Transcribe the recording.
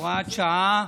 הוראת שעה,